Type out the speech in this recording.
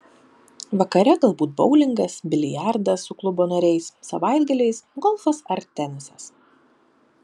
vakare galbūt boulingas biliardas su klubo nariais savaitgaliais golfas ar tenisas